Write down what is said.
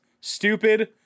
stupid